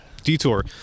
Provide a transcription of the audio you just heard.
detour